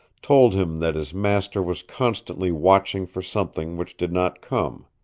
told him that his master was constantly watching for something which did not come.